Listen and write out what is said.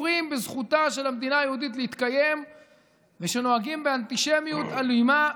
שכופרים בזכותה של המדינה היהודית להתקיים ושנוהגים באנטישמיות אלימה,